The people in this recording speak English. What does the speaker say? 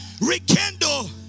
Rekindle